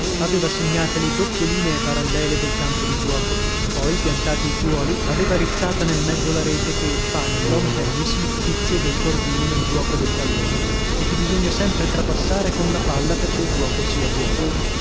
aveva segnate le doppie linee parallele del campo di giuoco poi piantati i piuoli aveva rizzata nel mezzo la rete che fa nel lawn tenis l'uffizio del cordino nel giuoco del pallone e che bisogna sempre trapassare con la palla perchè il giuoco sia buono